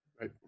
Right